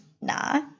nah